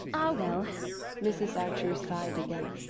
ah, well mrs. archer sighed again.